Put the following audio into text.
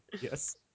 Yes